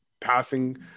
passing